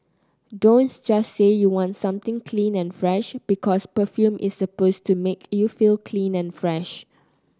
don't just say you want something clean and fresh because perfume is supposed to make you feel clean and fresh